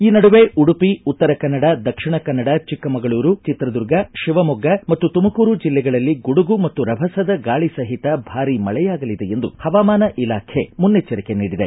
ಈ ನಡುವೆ ಉಡುಪಿ ಉತ್ತರ ಕನ್ನಡ ದಕ್ಷಿಣ ಕನ್ನಡ ಚಿಕ್ಕಮಗಳೂರು ಚಿತ್ರದುರ್ಗ ಶಿವಮೊಗ್ಗ ಮತ್ತು ತುಮಕೂರು ಜಿಲ್ಲೆಗಳಲ್ಲಿ ಗುಡುಗು ಮತ್ತು ರಭಸದ ಗಾಳಿ ಸಹಿತ ಭಾರೀ ಮಳೆಯಾಗಲಿದೆ ಎಂದು ಪವಾಮಾನ ಇಲಾಖೆ ಮುನ್ನೆಚ್ಚರಿಕೆ ನೀಡಿದೆ